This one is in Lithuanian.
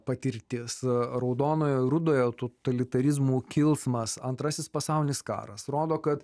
patirtis raudono ir rudojo totalitarizmų kilsmas antrasis pasaulinis karas rodo kad